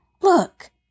Look